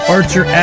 Archer